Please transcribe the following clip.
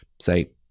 say